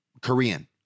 korean